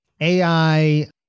AI